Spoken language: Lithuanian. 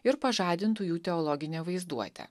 ir pažadintų jų teologinę vaizduotę